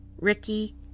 Ricky